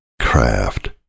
craft